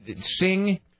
sing